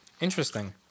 Interesting